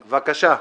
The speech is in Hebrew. בבקשה.